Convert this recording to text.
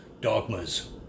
dogmas